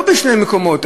לא בשני מקומות,